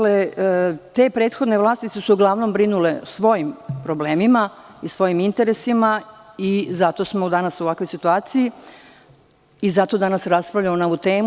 Te prethodne vlasti su se uglavnom birnule o svojim problemima, svojim interesima i zato smo danas u ovakvoj situaciji i zato danas raspravljamo na ovu temu.